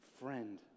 Friend